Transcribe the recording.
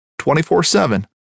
24-7